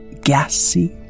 gassy